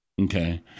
okay